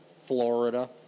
Florida